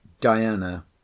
Diana